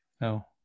No